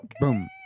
Boom